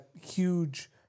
huge